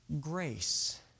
Grace